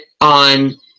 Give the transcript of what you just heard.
on